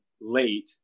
late